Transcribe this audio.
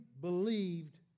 believed